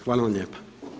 Hvala vam lijepa.